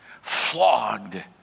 flogged